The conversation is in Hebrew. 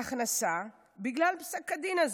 הכנסה בגלל פסק הדין הזה,